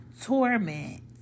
Torment